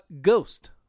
Ghost